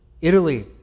Italy